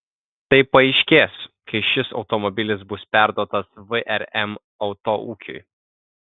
tai paaiškės kai šis automobilis bus perduotas vrm autoūkiui